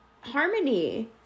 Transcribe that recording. harmony